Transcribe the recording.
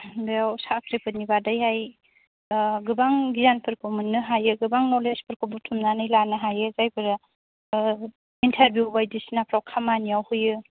दे औ साख्रि फोरनि बादै हाय गोबां गियानफोरखौ मोननो हायो गोबां नलेज फोरखौ बुथुमनानै लानो हायो जायफोरा इन्टारभिउ बायदिसिना फ्राव खामानियाव होयो